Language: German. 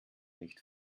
nicht